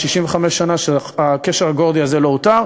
65 שנה שהקשר הגורדי הזה לא הותר,